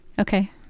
okay